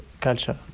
culture